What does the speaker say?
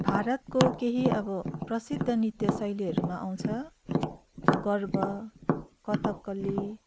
भारतको केही अब प्रसिद्ध नित्य शैलीहरूमा आउँछ गरबा कथकली